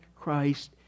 Christ